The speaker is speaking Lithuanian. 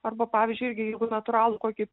arba pavyzdžiui irgi jeigu natūralų kokį